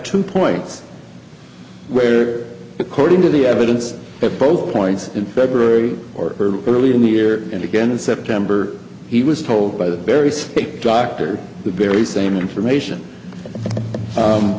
two points where according to the evidence at both points in february or early in the year and again in september he was told by the very state doctor the very same information